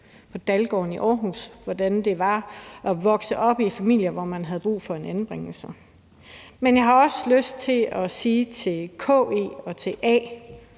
på, Dalgården i Aarhus, og fortalt om, hvordan det var at vokse op i familier, hvor man havde brug for anbringelser. Men jeg har også lyst til at sige det til KE og til A,